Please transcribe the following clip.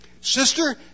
Sister